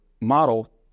model